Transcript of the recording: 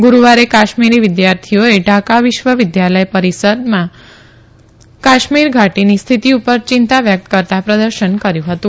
ગુરૂવારે કાશ્મીરી વિદ્યાર્થીઓએ ઢાકા વિદ્ય વિદ્યાલય પરીસરમાં કાશ્મીર ઘાતીની હિંચતિ ઉપર ચિંતા વ્યકત કરતા પ્રદર્શન કર્યુ હતું